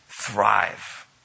thrive